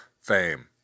fame